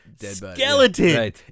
skeleton